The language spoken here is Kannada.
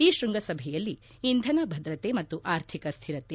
ಈ ಶ್ವಂಗಸಭೆಯಲ್ಲಿ ಇಂಧನ ಭದ್ರತೆ ಮತ್ತು ಆರ್ಥಿಕ ್ನಿರತೆ